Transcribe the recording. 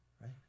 Right